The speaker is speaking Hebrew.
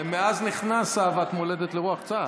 ומאז נכנסה אהבת מולדת לרוח צה"ל.